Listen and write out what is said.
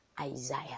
Isaiah